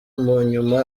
munyuma